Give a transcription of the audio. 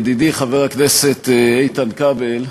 ידידי חבר הכנסת איתן כבל,